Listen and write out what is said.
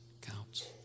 counts